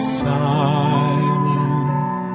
silent